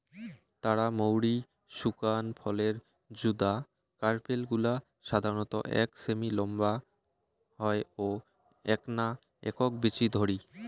তারা মৌরি শুকান ফলের যুদা কার্পেল গুলা সাধারণত এক সেমি নম্বা হয় ও এ্যাকনা একক বীচি ধরি